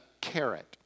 carrot